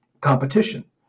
competition